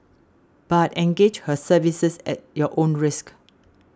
but engage her services at your own risk